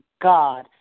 God